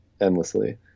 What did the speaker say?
endlessly